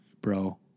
bro